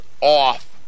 off